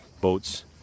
boats